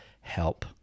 help